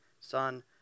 Son